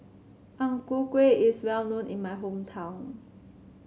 Ang Ku Kueh is well known in my hometown